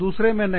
दूसरे में नहीं